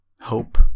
hope